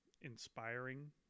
inspiring